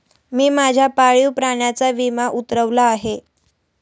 मी माझ्या पाळीव प्राण्याचा विमा उतरवला आहे